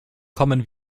kommen